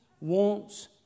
wants